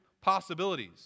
possibilities